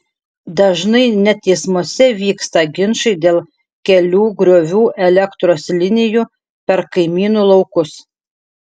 dažnai net teismuose vyksta ginčai dėl kelių griovių elektros linijų per kaimynų laukus